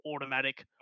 automatic